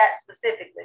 specifically